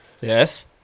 Yes